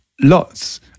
Lots